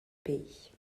pays